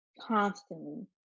Constantly